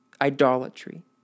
idolatry